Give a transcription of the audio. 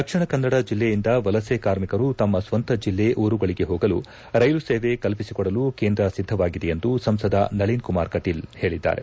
ದಕ್ಷಿಣ ಕನ್ನಡ ಜಿಲ್ಲೆಯಿಂದ ವಲಸೆ ಕಾರ್ಮಿಕರು ತಮ್ಮ ಸ್ವಂತ ಜಿಲ್ಲೆ ಊರುಗಳಗೆ ಹೋಗಲು ರೈಲು ಸೇವೆ ಕಲ್ಪಿಸಿಕೊಡಲು ಕೇಂದ್ರ ಸಿದ್ದವಾಗಿದೆ ಎಂದು ಸಂಸದ ನಳೀನ್ ಕುಮಾರ್ ಕಟೀಲ್ ಹೇಳಿದ್ದಾರೆ